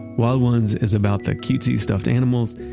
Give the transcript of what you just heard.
wild ones is about the cutesy stuffed animals,